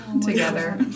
together